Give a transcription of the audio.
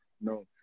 No